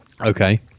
Okay